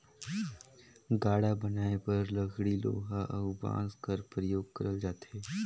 गाड़ा बनाए बर लकरी लोहा अउ बाँस कर परियोग करल जाथे